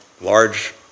large